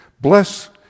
Bless